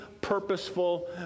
purposeful